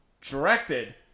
directed